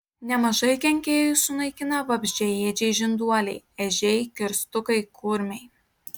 nemažai kenkėjų sunaikina vabzdžiaėdžiai žinduoliai ežiai kirstukai kurmiai